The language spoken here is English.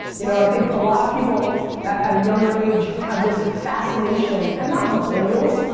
you know i think a lot of people at a younger age have this fascination, and not millennials,